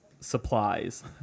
supplies